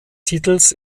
titels